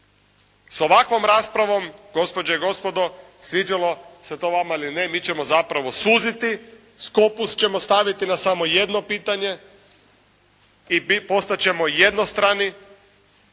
Sa ovakvom raspravom gospođe i gospodo sviđalo se to vama ili ne mi ćemo zapravo suziti, scopus ćemo staviti na samo jedno pitanje i postat ćemo jednostrani